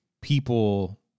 people